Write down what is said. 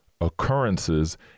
occurrences